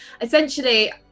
essentially